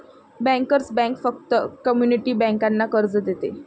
bankers bank फक्त community बँकांना कर्ज देते